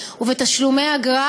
ובתשלומי אגרה,